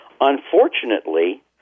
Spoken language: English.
Unfortunately